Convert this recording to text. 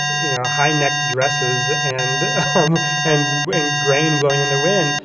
you know, high necked dresses and um and in grain blowing in the wind.